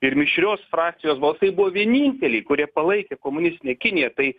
ir mišrios frakcijos balsai buvo vieninteliai kurie palaikė komunistinę kiniją tai